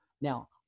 now